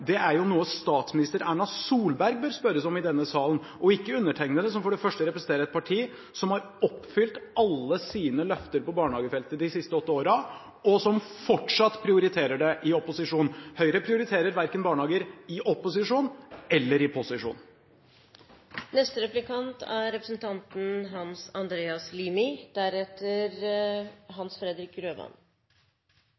det, er jo noe statsminister Erna Solberg bør spørres om i denne salen, og ikke undertegnede, som for det første representerer et parti som har oppfylt alle sine løfter på barnehagefeltet de siste åtte årene, og som fortsatt prioriterer det i opposisjon. Høyre prioriterer ikke barnehager verken i opposisjon eller i